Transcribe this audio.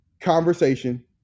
conversation